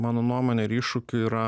mano nuomone ir iššūkių yra